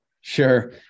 sure